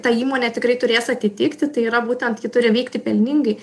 tą įmonę tikrai turės atitikti tai yra būtent ji turi veikti pelningai